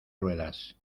ruedas